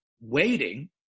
waiting